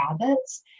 habits